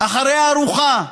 אחרי הארוחה,